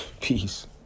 Peace